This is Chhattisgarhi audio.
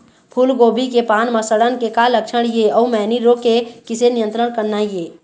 फूलगोभी के पान म सड़न के का लक्षण ये अऊ मैनी रोग के किसे नियंत्रण करना ये?